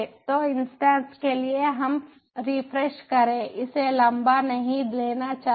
तो इंस्टेंट्स के लिए हम रिफ्रेश करें इसे लंबा नहीं लेना चाहिए